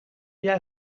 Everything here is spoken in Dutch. jij